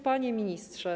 Panie Ministrze!